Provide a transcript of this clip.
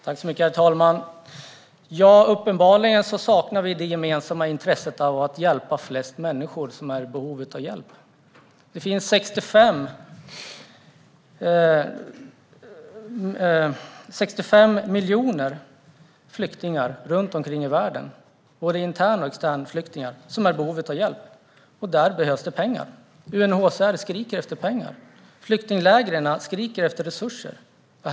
Herr talman! Uppenbarligen saknar vi det gemensamma intresset att hjälpa flest människor som är i behov av hjälp. Det finns 65 miljoner flyktingar i världen, både intern och externflyktingar, som är i behov av hjälp. Där behövs det pengar. UNHCR skriker efter pengar. Flyktinglägren skriker efter resurser.